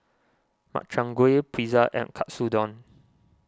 Makchang Gui Pizza and Katsudon